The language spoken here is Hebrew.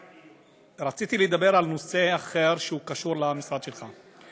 רציתי לדבר על נושא אחר, שקשור למשרד שלך.